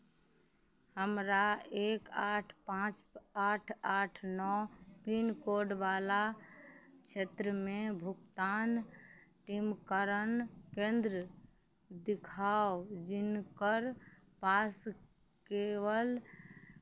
हमरा एक आठ पाँच आठ आठ नओ पिनकोडवला क्षेत्रमे भुगतान टीकाकरण केन्द्र देखाउ जिनका पास केवल